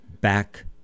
back